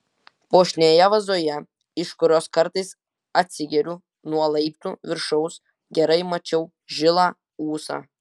puošnioje vazoje iš kurios kartais atsigeriu nuo laiptų viršaus gerai mačiau žilą ūsą